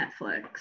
Netflix